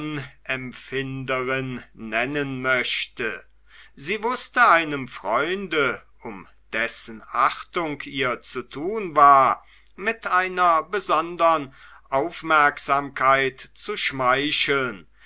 anempfinderin nennen möchte sie wußte einem freunde um dessen achtung ihr zu tun war mit einer besonderen aufmerksamkeit zu schmeicheln